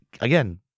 again